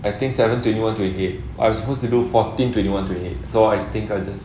I think seven twenty one twenty eight I'm supposed to do fourteen twenty one twenty eight so I think I just